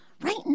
right